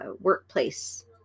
workplace